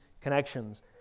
connections